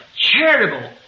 charitable